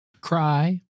Cry